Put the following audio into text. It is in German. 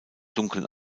dunkeln